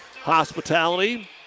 hospitality